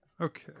Okay